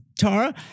Tara